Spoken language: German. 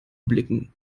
blicken